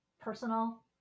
personal